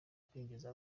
kwinjiza